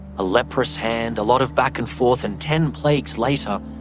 a leprous hand, a lot of back and forth and ten plagues later,